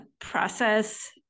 process